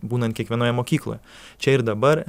būnant kiekvienoje mokykloje čia ir dabar